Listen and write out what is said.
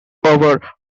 over